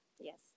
Yes